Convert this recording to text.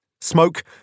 Smoke